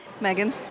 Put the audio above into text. Megan